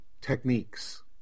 techniques